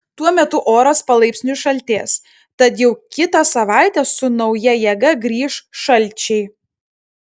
tuo metu oras palaipsniui šaltės tad jau kitą savaitę su nauja jėga grįš šalčiai